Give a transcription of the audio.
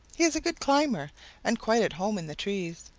he is a good climber and quite at home in the trees.